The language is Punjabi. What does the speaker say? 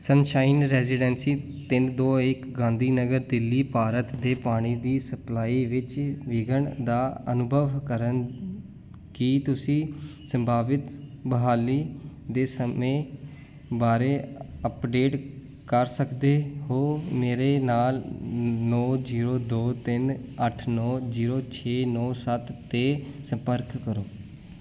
ਸਨਸ਼ਾਈਨ ਰੈਜ਼ੀਡੈਂਸੀ ਤਿੰਨ ਦੋ ਇੱਕ ਗਾਂਧੀ ਨਗਰ ਦਿੱਲੀ ਭਾਰਤ 'ਤੇ ਪਾਣੀ ਦੀ ਸਪਲਾਈ ਵਿੱਚ ਵਿਘਨ ਦਾ ਅਨੁਭਵ ਕਰਨ ਕੀ ਤੁਸੀਂ ਸੰਭਾਵਿਤ ਬਹਾਲੀ ਦੇ ਸਮੇਂ ਬਾਰੇ ਅੱਪਡੇਟ ਕਰ ਸਕਦੇ ਹੋ ਮੇਰੇ ਨਾਲ ਨੌਂ ਜ਼ੀਰੋ ਦੋ ਤਿੰਨ ਅੱਠ ਨੌਂ ਜ਼ੀਰੋ ਛੇ ਨੌਂ ਸੱਤ 'ਤੇ ਸੰਪਰਕ ਕਰੋ